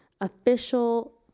official